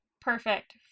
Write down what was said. perfect